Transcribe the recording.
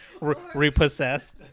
repossessed